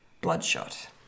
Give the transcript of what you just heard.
Bloodshot